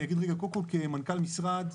קודם כל כמנכ"ל המשרד,